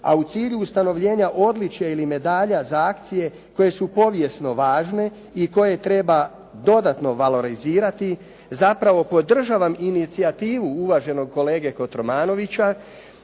a u cilju ustanovljenja odličja ili medalja za akcije koje su povijesno važne i koje treba dodatno valorizirati, zapravo podržavam inicijativu uvaženog kolege Kotromanovića,